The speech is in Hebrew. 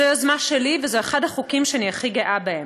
זו יוזמה שלי וזה אחד החוקים שאני הכי גאה בהם.